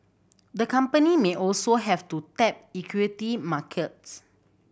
the company may also have to tap equity markets